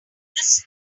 this